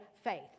faith